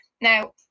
Now